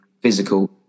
physical